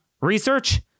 research